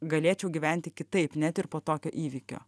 galėčiau gyventi kitaip net ir po tokio įvykio